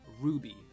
Ruby